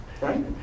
Right